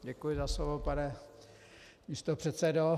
Děkuji za slovo, pane místopředsedo.